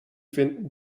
finden